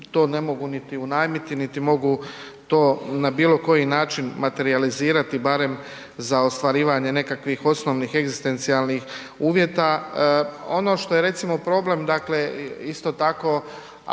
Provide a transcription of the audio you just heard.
to ne mogu niti unajmiti niti mogu to na bilo koji način materijalizirati barem za ostvarivanje nekakvih osnovnih egzistencijalnih uvjeta. Ono što je recimo problem, dakle isto tako,